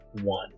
one